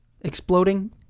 exploding